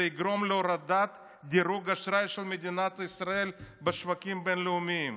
זה יגרום להורדת דירוג אשראי של מדינת ישראל בשווקים בין-לאומיים.